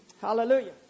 Hallelujah